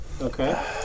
Okay